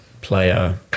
player